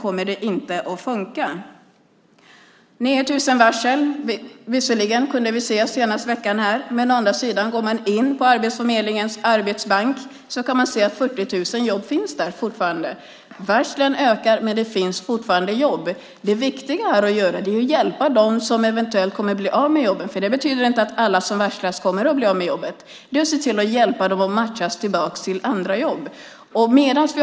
Vi kunde visserligen se 9 000 varsel den senaste veckan, men går man å andra sidan in på Arbetsförmedlingens platsbank kan man se att det fortfarande finns 40 000 jobb där. Varslen ökar, men det finns fortfarande jobb. Det viktiga är att hjälpa dem som eventuellt kommer att bli av med jobben - alla som varslas kommer ju inte att bli av med jobbet - att matchas tillbaka till andra jobb.